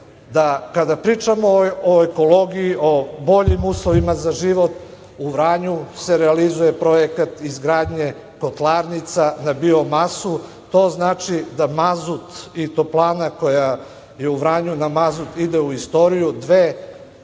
evra. Kada pričamo o ekologiji, o boljim uslovima za život, u Vranju se realizuje projekat izgradnje kotlarnica na biomasu. To znači da mazut i toplana koja je u Vranju na mazut ide u istoriju.